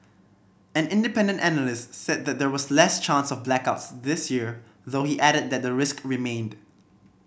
an independent analyst said that there was less chance of blackouts this year though he added that the risk remained